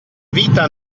vita